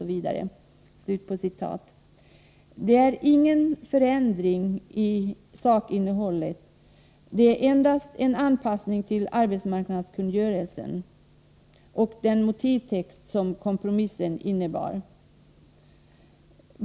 Detta innebär ingen förändring av sakinnehållet, utan det är bara en anpassning till arbetsmarknadskungörelsen och den motivtext som kompromissen innebar.